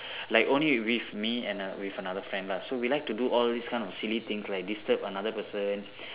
like only with me and with another friend lah so we like to do all these kind of silly things like disturb another person